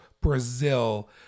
Brazil